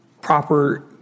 proper